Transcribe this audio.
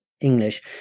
English